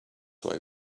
why